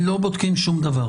לא בודקים שום דבר.